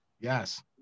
Yes